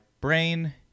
brain